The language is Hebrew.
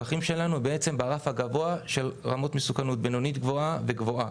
הם ברף הגבוה של רמות מסוכנות: בינונית-גבוהה וגבוהה.